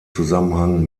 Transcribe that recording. zusammenhang